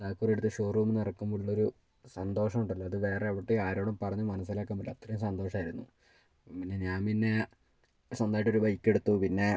താക്കോലെട്ത്ത് ഷോറൂമ്ന്നെറക്കുമ്പ ഉള്ളൊരു സന്തോഷ ഒണ്ടല്ലോ അത് വേറെ എവ്ടെ ആരോടും പറഞ്ഞ് മനസ്സിലാക്കാ പറ്റ്ലാ അത്രേം സന്തോഷായിരുന്നു പിന്നെ ഞാ പിന്നെ സ്വന്തായിട്ടൊര് ബൈക്കെട്ത്തു പിന്നെ